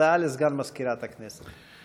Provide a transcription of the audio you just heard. הודעה לסגן מזכירת הכנסת.